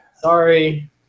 Sorry